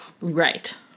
Right